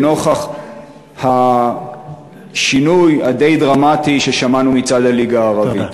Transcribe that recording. לנוכח השינוי הדי-דרמטי ששמענו מצד הליגה הערבית.